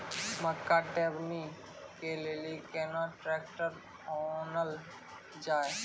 मक्का टेबनी के लेली केना ट्रैक्टर ओनल जाय?